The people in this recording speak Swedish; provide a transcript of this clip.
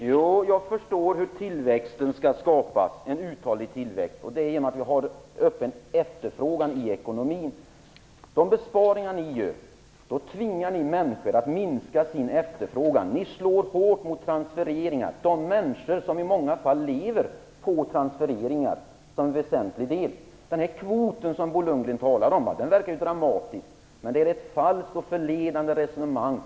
Fru talman! Jag förstår hur en uthållig tillväxt skall skapas. Det skall ske genom att vi får en större efterfrågan i ekonomin. De besparingar ni gör tvingar människor att minska sin efterfrågan. Ni slår hårt mot transfereringar och de människor som i många fall lever på transfereringar. Den kvot som Bo Lundgren talar om verkar ju dramatisk, men det är ett falskt och förledande resonemang.